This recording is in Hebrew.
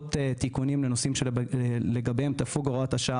לרבות תיקונים בנושאים שלגביהם תפוג הוראת השעה